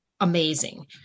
amazing